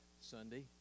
Sunday